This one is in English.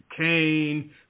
Kane